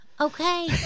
Okay